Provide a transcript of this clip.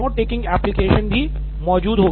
और एक note taking application भी मौजूद होगी